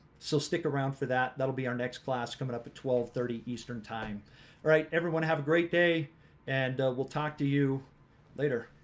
so stick around for that that'll be our next class coming up at twelve thirty eastern time all right everyone have a great day and we'll talk to you later